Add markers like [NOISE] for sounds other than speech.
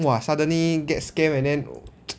!wah! suddenly get scam and then [NOISE]